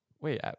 wait